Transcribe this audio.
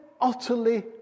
utterly